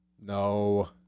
No